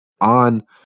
on